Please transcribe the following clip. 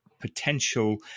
potential